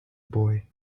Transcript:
boy